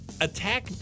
attack